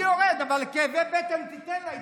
אני יורד, אבל לכאבי בטן תיתן לה.